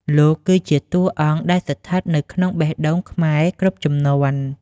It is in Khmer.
លោកគឺជាតួអង្គដែលស្ថិតនៅក្នុងបេះដូងខ្មែរគ្រប់ជំនាន់។